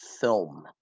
film